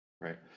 right